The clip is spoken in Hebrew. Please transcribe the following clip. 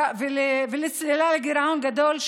ולצלילה לגירעון גדול.